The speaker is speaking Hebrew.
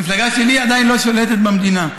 המפלגה שלי עדיין לא שולטת במדינה.